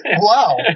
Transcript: Wow